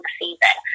season